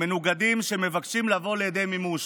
מנוגדים שמבקשים לבוא לידי מימוש.